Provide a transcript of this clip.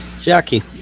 Jackie